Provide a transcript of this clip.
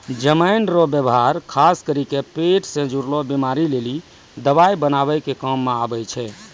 जमाइन रो वेवहार खास करी के पेट से जुड़लो बीमारी लेली दवाइ बनाबै काम मे आबै छै